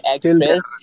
Express